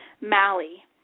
Mally